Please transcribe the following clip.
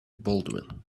baldwin